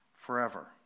forever